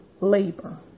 labor